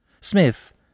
Smith